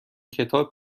کتاب